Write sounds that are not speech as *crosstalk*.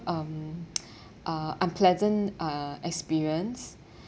um *noise* uh unpleasant uh experience